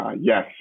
yes